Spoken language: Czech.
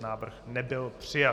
Návrh nebyl přijat.